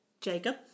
Jacob